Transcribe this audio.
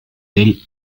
del